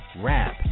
rap